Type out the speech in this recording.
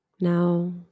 now